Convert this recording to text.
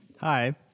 Hi